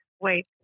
wait